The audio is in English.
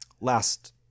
Last